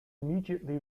immediately